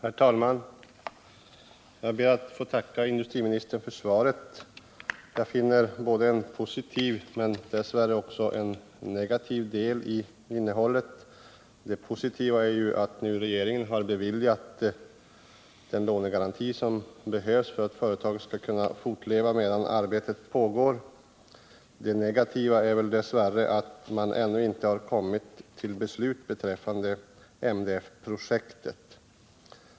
Herr talman! Jag ber att få tacka industriministern för svaret. Jag finner en positiv men dess värre också en negativ del i innehållet. Det positiva är att regeringen nu beviljat den lånegaranti som behövs för att företaget skall kunna fortleva medan arbetet pågår. Det negativa är att man dess värre ännu inte kommit till beslut beträffande MDF-projektet.